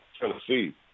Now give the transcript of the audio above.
Tennessee